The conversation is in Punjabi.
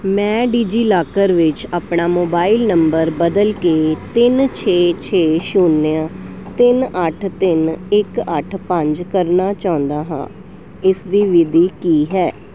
ਮੈਂ ਡਿਜੀਲਾਕਰ ਵਿੱਚ ਆਪਣਾ ਮੋਬਾਈਲ ਨੰਬਰ ਬਦਲ ਕੇ ਤਿੰਨ ਛੇ ਛੇ ਸ਼ੂਨਯ ਤਿੰਨ ਅੱਠ ਤਿੰਨ ਇੱਕ ਅੱਠ ਪੰਜ ਕਰਨਾ ਚਾਹੁੰਦਾ ਹਾਂ ਇਸ ਦੀ ਵਿਧੀ ਕੀ ਹੈ